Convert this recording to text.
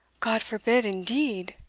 god forbid indeed!